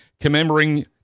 commemorating